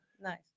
Nice